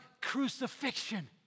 crucifixion